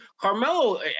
Carmelo